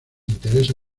interesa